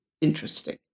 interesting